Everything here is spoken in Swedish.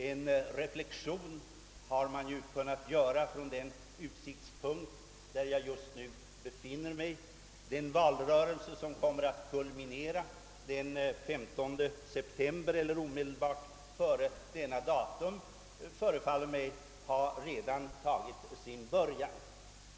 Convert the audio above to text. En reflexion har jag kunnat göra från den utsiktspunkt där jag just nu befinner mig. Den valrörelse, som kommer att kulminera omedelbart före den 15 september, förefaller mig att redan ha tagit sin början.